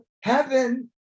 heaven